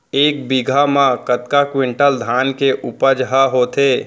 एक बीघा म कतका क्विंटल धान के उपज ह होथे?